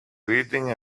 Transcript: reading